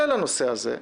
כולל הנושא הזה,